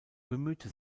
bemühte